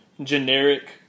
generic